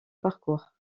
parcours